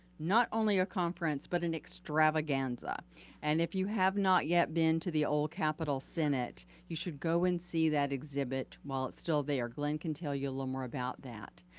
not only a conference, but an extravaganza and if you have not yet been to the old capitol senate, you should go and see that exhibit while it's still there. glenn can tell you a little more about that.